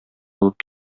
алып